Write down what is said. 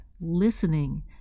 listening